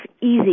easy